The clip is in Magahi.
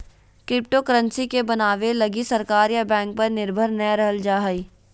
क्रिप्टोकरेंसी के बनाबे लगी सरकार या बैंक पर निर्भर नय रहल जा हइ